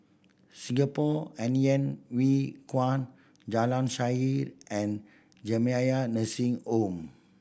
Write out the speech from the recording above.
Singapore Hainan Hwee Kuan Jalan Shaer and Jamiyah Nursing Home